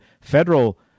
federal